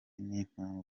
n’impamvu